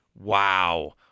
Wow